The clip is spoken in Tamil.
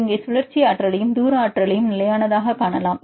இங்கே நீங்கள் சுழற்சி ஆற்றலையும் தூர ஆற்றலையும் நிலையானதாகக் காணலாம்